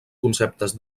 conceptes